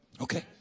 Okay